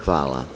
Hvala.